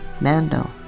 Mando